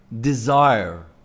desire